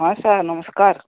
ହଁ ସାର ନମସ୍କାର